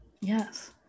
Yes